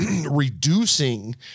reducing